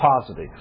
positive